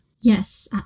Yes